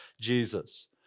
Jesus